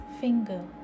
finger